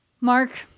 Mark